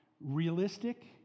realistic